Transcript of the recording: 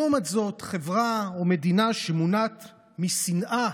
לעומת זאת, חברה או מדינה שמונעת משנאה